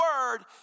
word